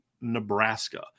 Nebraska